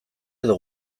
edo